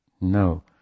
No